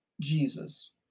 Jesus